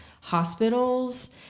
hospitals